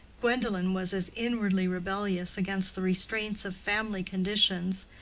gwendolen was as inwardly rebellious against the restraints of family conditions,